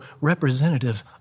representative